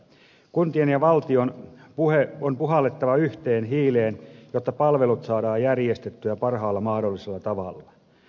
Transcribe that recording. kuntien ja valtion on puhallettava yhteen hiileen jotta palvelut saadaan järjestettyä parhaalla mahdollisella tavalla